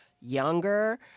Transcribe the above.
younger